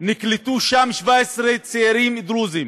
נקלטו 17 צעירים דרוזים,